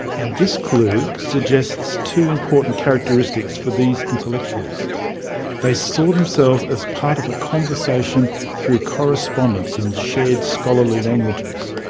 and this clue suggests two important characteristics for these intellectuals they saw themselves as part of a conversation through correspondence in shared scholarly languages,